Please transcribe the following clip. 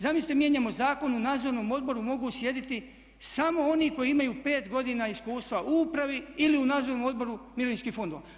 Zamislite mijenjamo zakon, u nadzornom odboru mogu sjediti samo oni koji imaju 5 godina iskustva u upravi ili u nadzornom odboru mirovinskih fondova.